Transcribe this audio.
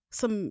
som